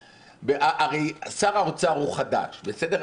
הרי שר האוצר הוא חדש, בסדר.